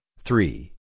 three